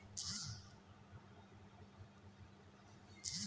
প্রধান মন্ত্রী আবাস যোজনার ফর্ম কোথায় পাব?